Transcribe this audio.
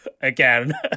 again